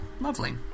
Lovely